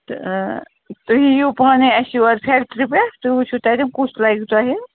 تہٕ تُہۍ یِیو پانَے اَسہِ یورٕ فٮ۪کٹری پٮ۪ٹھ تُہۍ وُچھِو تتٮ۪ن کُس لَگہِ تۄہہِ